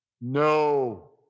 No